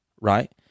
right